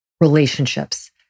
relationships